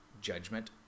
judgment